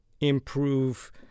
improve